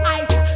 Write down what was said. ice